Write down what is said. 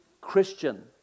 Christian